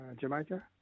Jamaica